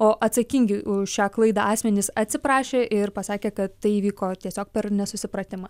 o atsakingi už šią klaidą asmenys atsiprašė ir pasakė kad tai įvyko tiesiog per nesusipratimą